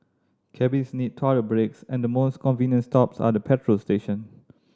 cabbies need toilet breaks and the most convenient stops are at petrol station